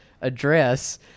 address